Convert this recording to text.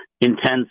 intense